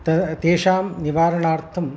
त तेषां निवारणार्थं